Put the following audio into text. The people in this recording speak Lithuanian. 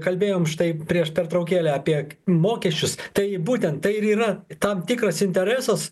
kalbėjom štai prieš pertraukėlę apie mokesčius tai būtent tai ir yra tam tikras interesas